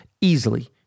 Easily